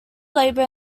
labor